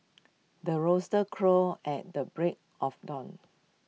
the rooster crows at the break of dawn